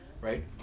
Right